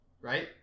right